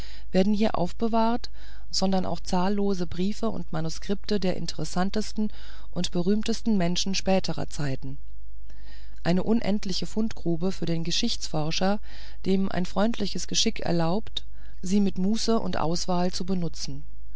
werden hier aufbewahrt sondern auch zahllose briefe und manuskripte der interessantesten und berühmtesten menschen späterer zeiten eine unendliche fundgrube für den geschichtsforscher dem ein freundliches geschick erlaubt sie mit muße und auswahl zu benutzen